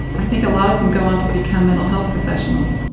i think a lot of them go on to become mental health professionals,